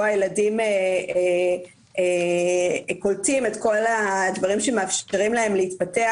הילדים קולטים את כל הדברים שמאפשרים להם להתפתח.